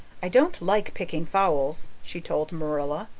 i don't like picking fowls, she told marilla,